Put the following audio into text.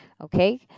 okay